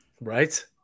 Right